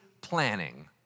planning